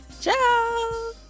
Ciao